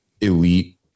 elite